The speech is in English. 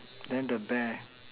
then the bear